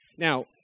Now